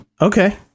okay